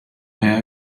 may